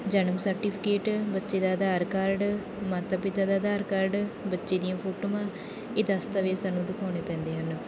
ਜਨਮ ਸਰਟੀਫਿਕੇਟ ਬੱਚੇ ਦਾ ਆਧਾਰ ਕਾਰਡ ਮਾਤਾ ਪਿਤਾ ਦਾ ਆਧਾਰ ਕਾਰਡ ਬੱਚੇ ਦੀਆਂ ਫੋਟੋਆਂ ਇਹ ਦਸਤਾਵੇਜ਼ ਸਾਨੂੰ ਦਿਖਾਉਣੇ ਪੈਂਦੇ ਹਨ